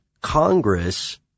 Congress